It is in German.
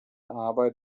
arbeit